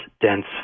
dense